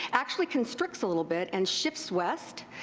actually constricts a little bit and shifts west,